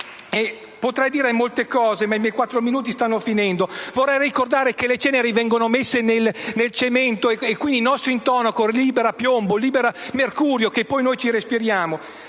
Potrei dire molte cose, ma i quattro minuti a mia disposizione stanno terminando. Vorrei ricordare che le ceneri vengono messe nel cemento e qui il nostro intonaco libera piombo e mercurio, che poi noi ci respiriamo.